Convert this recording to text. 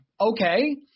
okay